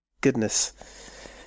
goodness